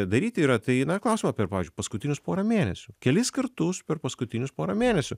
daryti yra tai na klausiama per pavyzdžiui paskutinius porą mėnesių kelis kartus per paskutinius porą mėnesių